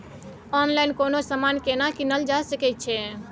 Online कोनो समान केना कीनल जा सकै छै?